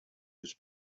his